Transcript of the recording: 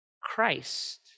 Christ